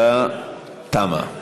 ההצבעה תמה.